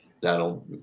that'll